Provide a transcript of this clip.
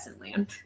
land